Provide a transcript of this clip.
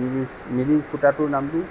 মিৰি মিৰি সূতাটোৰ নাম কি